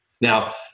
Now